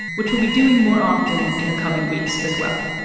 which we'll be doing more often in the coming weeks as well.